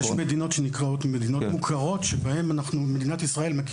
יש מדינות שנקראות מדינות מוכרות שבהן מכירה מדינת ישראל.